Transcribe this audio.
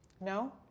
No